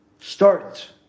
start